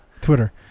twitter